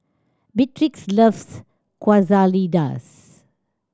Beatrix loves Quesadillas